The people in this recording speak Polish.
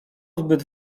zbyt